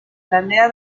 planea